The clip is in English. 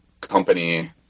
company